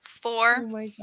four